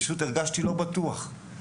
פשוט הרגשתי לא בטוח.